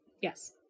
Yes